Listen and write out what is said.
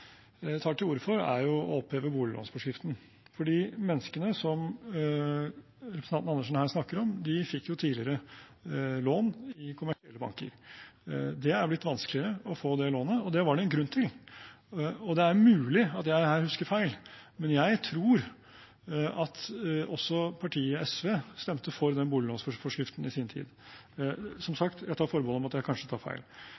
tar til orde for, er å oppheve boliglånsforskriften, for de menneskene som representanten Andersen her snakker om, fikk tidligere lån i kommersielle banker. Det er blitt vanskeligere å få det lånet, og det var det en grunn til. Det er mulig at jeg husker feil, men jeg tror at også partiet SV stemte for den boliglånsforskriften i sin tid – jeg tar som sagt forbehold om at jeg kanskje tar feil